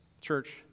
Church